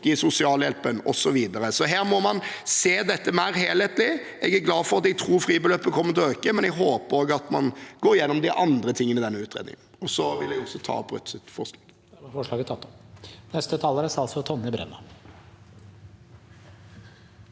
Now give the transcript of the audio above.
i sosialhjelpen, osv.? Her må man se dette mer helhetlig. Jeg er glad for at jeg tror fribeløpet kommer til å øke, men jeg håper også at man går gjennom de andre tingene i denne utredningen. Jeg vil også ta opp Rødts forslag.